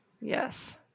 Yes